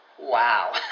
Wow